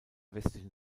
westlichen